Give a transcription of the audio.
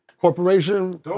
corporation